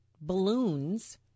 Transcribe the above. balloons